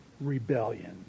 rebellion